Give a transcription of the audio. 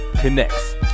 Connects